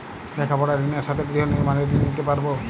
লেখাপড়ার ঋণের সাথে গৃহ নির্মাণের ঋণ নিতে পারব?